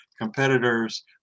competitors